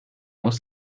muss